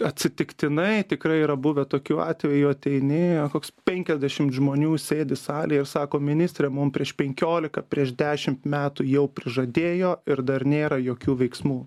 atsitiktinai tikrai yra buvę tokių atvejų ateini o koks penkiasdešimt žmonių sėdi salėj ir sako ministre mum prieš penkiolika prieš dešimt metų jau prižadėjo ir dar nėra jokių veiksmų